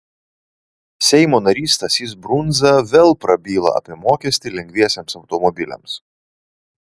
seimo narys stasys brundza vėl prabyla apie mokestį lengviesiems automobiliams